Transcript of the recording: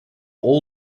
all